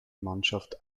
mannschaft